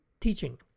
teaching